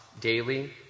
daily